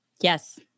Yes